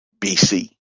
BC